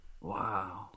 Wow